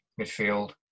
midfield